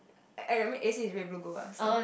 I mean a_c is red blue gold ah so